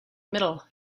middle